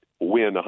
win